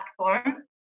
platform